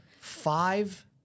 Five